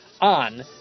on